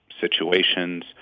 situations